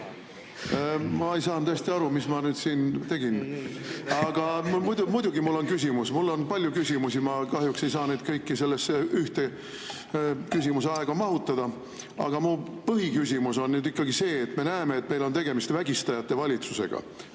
Ma ei saanud hästi aru, mis ma nüüd siin tegin. Aga mul muidugi on küsimus, mul on palju küsimusi, ma kahjuks ei saa neid kõiki sellesse ühte küsimuse aega mahutada. Aga mu põhiküsimus on ikkagi see, et me näeme, et meil on tegemist vägistajate valitsusega.